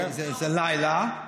זה לילה,